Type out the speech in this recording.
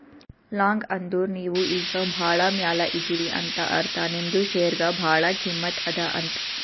long ಅಂದುರ್ ನೀವು ಈಗ ಭಾಳ ಮ್ಯಾಲ ಇದೀರಿ ಅಂತ ಅರ್ಥ ನಿಮ್ದು ಶೇರ್ಗ ಭಾಳ ಕಿಮ್ಮತ್ ಅದಾ ಅಂತ್